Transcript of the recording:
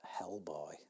Hellboy